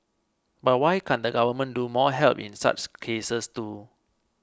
but why can't the government do more help in such cases too